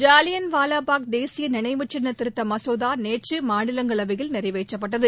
ஜாலியன் வாலாபாக் தேசிய நினைவு சின்ன திருத்த மசோதா நேற்று மாநிலங்களவையில் நிறைவேற்றப்பட்டது